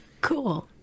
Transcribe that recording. cool